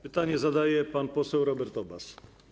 Pytanie zadaje pan poseł Robert Obaz.